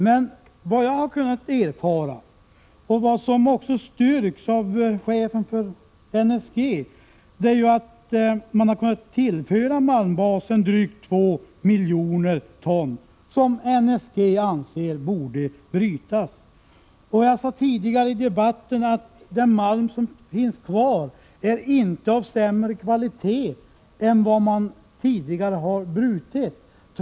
Men vad jag har kunnat erfara — som också styrks av chefen för NSG — är att malmbasen kunnat tillföras drygt två miljoner ton som borde brytas enligt NSG. Jag sade tidigare i debatten att den malm som finns kvar inte är av sämre kvalitet än den man tidigare brutit.